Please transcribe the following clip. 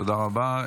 תודה רבה.